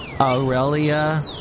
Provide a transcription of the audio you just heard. Aurelia